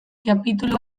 kapitulu